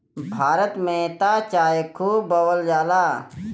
भारत में त चाय खूब बोअल जाला